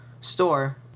Store